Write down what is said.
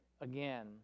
again